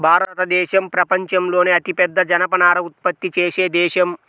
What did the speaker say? భారతదేశం ప్రపంచంలోనే అతిపెద్ద జనపనార ఉత్పత్తి చేసే దేశం